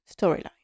storyline